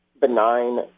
benign